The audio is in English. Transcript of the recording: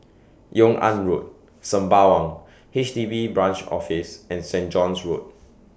Yung An Road Sembawang H D B Branch Office and Saint John's Road